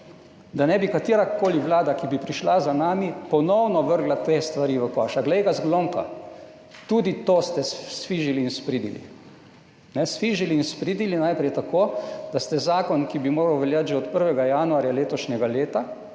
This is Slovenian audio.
da ne bi katerakoli vlada, ki bi prišla za nami, ponovno vrgla te stvari v koš. A glej ga zlomka, tudi to ste sfižili in spridili. Sfižili in spridili najprej tako, da ste zakon, ki bi moral veljati že od 1. januarja letošnjega leta